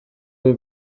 bwo